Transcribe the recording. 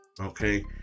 Okay